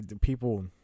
People